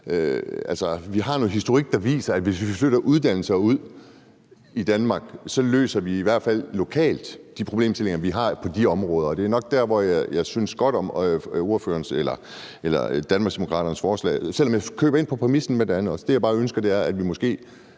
Vi har noget historik, der viser, at hvis vi flytter uddannelser ud i Danmark, løser vi i hvert fald lokalt de problemstillinger, vi har på de områder. Det er nok der, hvor jeg synes godt om Danmarksdemokraternes forslag, selv om jeg skulle købe ind på præmissen om det andet også. Det, jeg bare ønsker, er, at vi måske